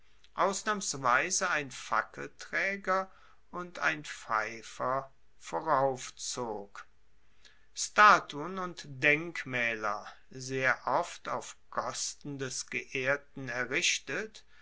ausnahmsweise ein fackeltraeger und ein pfeifer voraufzog statuen und denkmaeler sehr oft auf kosten des geehrten errichtet